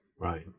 Right